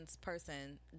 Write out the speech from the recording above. person